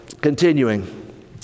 continuing